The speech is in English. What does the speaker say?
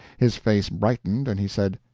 his face brightened, and he said,